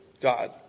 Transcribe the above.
God